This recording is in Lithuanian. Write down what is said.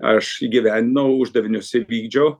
aš įgyvendinau uždavinius įvykdžiau